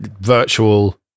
virtual